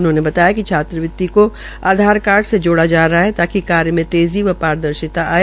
उन्होंने बताया कि छात्रवृति को आधारकार्ड से जोड़ा जा रहा है ताकि कार्य में तेज़ी व पारदर्शिता आ सके